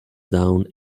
down